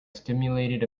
stimulated